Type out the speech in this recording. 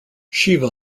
shiva